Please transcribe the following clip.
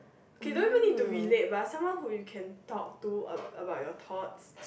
okay don't need to relate but someone who you can talk to anou~ about your thoughts